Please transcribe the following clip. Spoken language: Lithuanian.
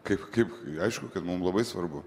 kaip kaip aišku kad mum labai svarbu